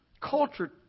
culture